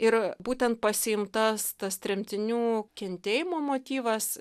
ir būtent pasiimtas tas tremtinių kentėjimo motyvas